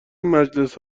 مجلس